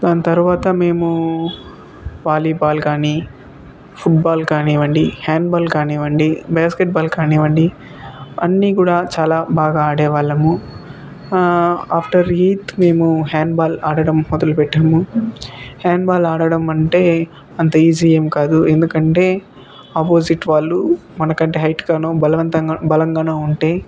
దాని తర్వాత మేము వాలీ బాల్ కానీ ఫుట్బాల్ కానివ్వండి హ్యాండ్ బాల్ కానివ్వండి బాస్కెట్ బాల్ కానివ్వండి అన్నీ కూడా చాలా బాగా ఆడేవాళ్ళము ఆఫ్టర్ ఎయిత్ మేము హ్యాండ్ బాల్ ఆడడం మొదలు పెట్టాము హ్యాండ్ బాల్ ఆడడం అంటే అంత ఈజీ ఏం కాదు ఎందుకంటే అపోజిట్ వాళ్ళు మనకంటే హైట్గాను బలవంతం బలంగాను ఉంటే